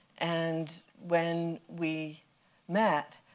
and when we met